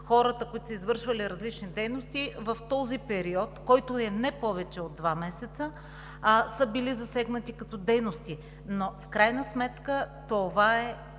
хората, които са извършвали различни дейности в този период, който е не повече от два месеца, са били засегнати като дейности. Но това е